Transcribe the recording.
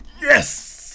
Yes